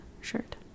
shirt